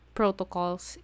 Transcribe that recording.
protocols